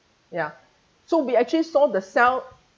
ya so we actually saw the cell